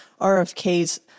rfk's